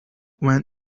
when